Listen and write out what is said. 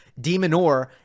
Demonor